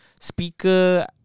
Speaker